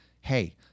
hey